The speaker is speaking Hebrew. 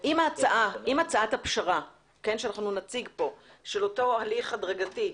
הצעת הפשרה שנציג פה, של אותו הליך הדרגתי,